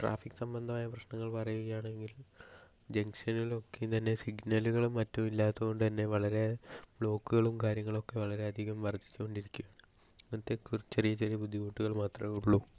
traffic സംബന്ധമായ പ്രശ്നങ്ങൾ പറയുകയാണെങ്കിൽ ജംഗ്ഷനിലൊക്കേ തന്നേ സിഗ്നലുകളും മറ്റും ഇല്ലാത്തത് കൊണ്ട്തന്നേ വളരേ ബ്ലോക്കുകളും കാര്യങ്ങളും ഒക്കേ വളരേ അധികം വർദ്ധിച്ചു കൊണ്ടിരിക്കും അങ്ങനത്തേ ചെറിയ ചെറിയ ബുദ്ധിമുട്ടുകൾ മാത്രമേ ഉള്ളൂ